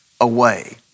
away